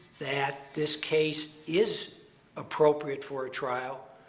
that this case is appropriate for a trial,